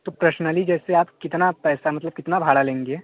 तो प्रसनली जैसे आप कितना पैसा मतलब कितना भाड़ा लेंगे